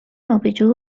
آبجو